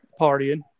partying